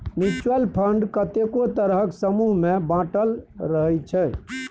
mutual fund कतेको तरहक समूह मे बाँटल रहइ छै